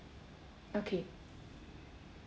okay